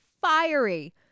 Fiery